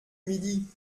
midi